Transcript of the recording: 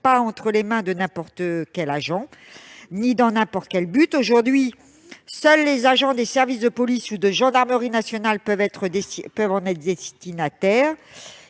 pas entre les mains de n'importe quel agent et ne soient pas utilisées dans n'importe quel but. Aujourd'hui, seuls les agents des services de police ou de gendarmerie peuvent en être destinataires,